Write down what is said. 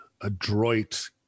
adroit